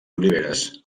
oliveres